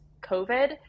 COVID